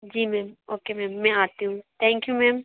जी ma'am okay ma'am मैं आती हूँ थैंक यू मैम